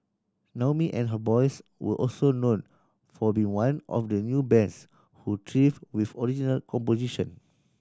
Naomi and her boys were also known for being one of the few bands who thrived with original composition